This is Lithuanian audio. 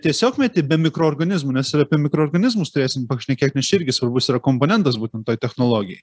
tiesiog meti be mikroorganizmų nes ir apie mikroorganizmus turėsim pašnekėt nes čia irgi svarbus yra komponentas būtent toj technologijoj